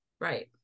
right